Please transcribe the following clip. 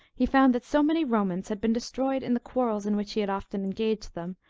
he found that so many romans had been destroyed in the quarrels in which he had often engaged them,